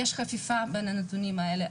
יש חפיפה בין הנתונים האלה.